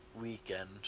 Weekend